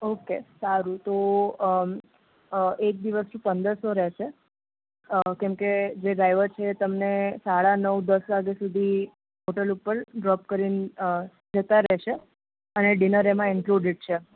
okay સારું તો એક દિવસનું પંદરસો રહેશે કેમકે જે ડ્રાઈવર છે એ તમને સાડા નવ દસ વાગ્યા સુધી હોટેલ ઉપર ડ્રોપ કરીને જતાં રહેશે અને ડિનર એમાં ઇન્ક્લુડેડ છે